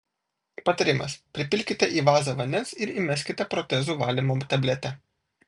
patarimas pripilkite į vazą vandens ir įmeskite protezų valymo tabletę